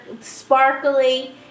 sparkly